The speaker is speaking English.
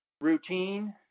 routine